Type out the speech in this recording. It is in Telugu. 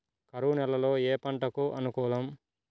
కరువు నేలలో ఏ పంటకు అనుకూలం?